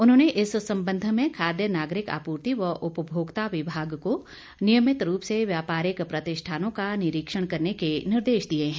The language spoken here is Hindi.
उन्होंने इस संबंध में खाद्य नागरिक आपूर्ति व उपभोक्ता विभाग को नियमित रूप से व्यापारिक प्रतिष्ठानों का निरीक्षण करने के निर्देश दिए हैं